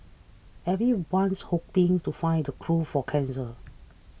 everyone's hoping to find the cure for cancer